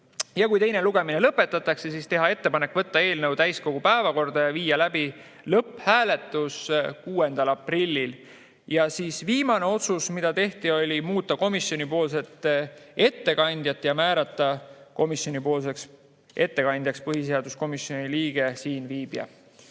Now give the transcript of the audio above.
ja kui teine lugemine lõpetatakse, siis teha ettepanek võtta eelnõu täiskogu päevakorda ja viia läbi lõpphääletus 6. aprillil. Viimane otsus, mis tehti, oli muuta komisjoni ettekandjat ja määrata selleks ettekandjaks põhiseaduskomisjoni liige, siinviibija.